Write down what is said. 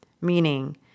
Meaning